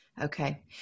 Okay